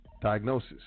diagnosis